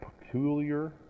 peculiar